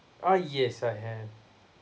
ah yes I have